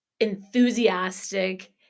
enthusiastic